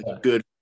good